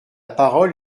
parole